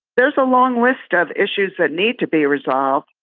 there's a long list of issues that need to be resolved,